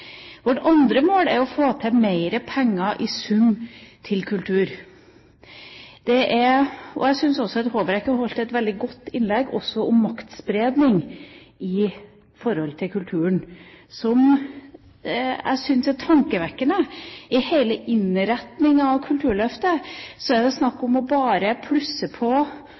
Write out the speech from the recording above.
Vårt andre mål er å få til mer penger i sum til kultur. Jeg syns at Håbrekke holdt et veldig godt innlegg om maktspredning når det gjelder kulturen, som jeg syns er tankevekkende. Når det gjelder hele innretningen av Kulturløftet, er det snakk om bare å plusse på